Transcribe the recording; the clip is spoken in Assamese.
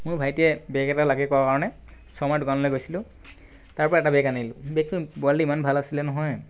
মোৰ ভাইটিয়ে বেগ এটা লাগে কোৱা কাৰণে শৰ্মাৰ দোকানলৈ গৈছিলোঁ তাৰ পৰা এটা বেগ আনিলোঁ বেগটোৰ কুৱালিটি ইমান ভাল আছিলে নহয়